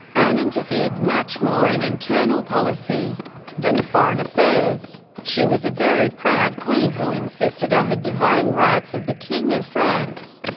anne interfered much more in internal policy than foreign affairs she was a very proud queen who insisted on the divine rights of the king of france.